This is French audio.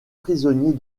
prisonnier